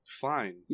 Fine